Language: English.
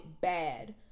bad